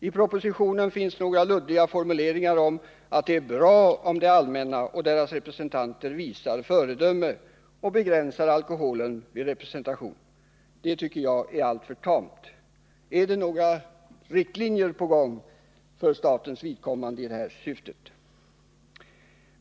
I propositionen finns några luddiga formuleringar om att det är bra om det allmänna och dess representanter visar föredöme och begränsar alkoholen vid representation. Det tycker jag är alltför tamt. Är några riktlinjer på gång för statens vidkommande i detta syfte?